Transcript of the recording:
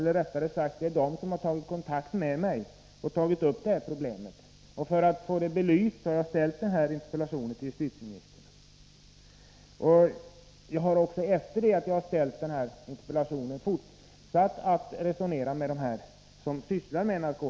Rättare sagt är det dessa som tagit kontakt med mig, och för att få det här problemet belyst har jag framställt denna interpellation till justitieministern. Efter det att jag framställt interpellationen har jag fortsatt att resonera med dem som sysslar med dessa frågor.